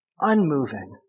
unmoving